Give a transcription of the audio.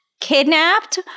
kidnapped